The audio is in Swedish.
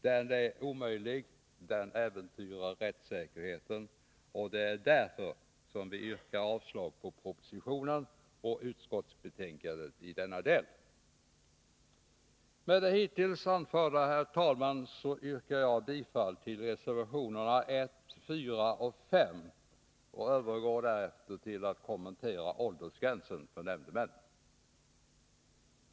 Den är omöjlig, den äventyrar rättssäkerheten, och därför yrkar vi avslag på propositionen och utskottets hemställan i denna del. Med det hittills anförda, herr talman, yrkar jag bifall till reservationerna 1, 4 och 5 och övergår till att kommentera åldersgränsen för nämndemän.